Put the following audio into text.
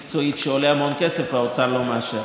מקצועית, שעולה המון כסף והאוצר לא מאשר.